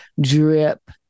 Drip